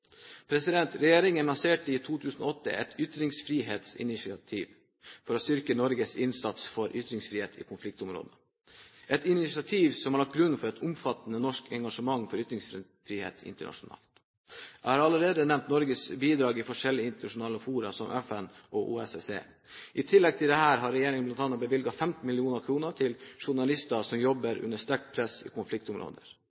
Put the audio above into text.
Regjeringen lanserte i 2008 et ytringsfrihetsinitiativ for å styrke Norges innsats for ytringsfrihet i konfliktområder – et initiativ som har lagt grunnen for et omfattende norsk engasjement for ytringsfrihet internasjonalt. Jeg har allerede nevnt Norges bidrag i forskjellige internasjonale fora, som FN og OSSE. I tillegg til dette har regjeringen bl.a. bevilget 15 mill. kr til journalister som